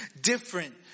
different